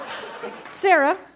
Sarah